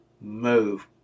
Move